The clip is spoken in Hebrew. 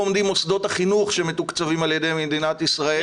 איפה עומדים מוסדות החינוך שמתוקצבים על ידי מדינת ישראל?